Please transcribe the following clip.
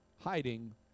hiding